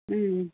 ம்